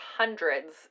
hundreds